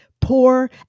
poor